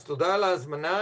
אז תודה על ההזמנה,